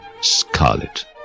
scarlet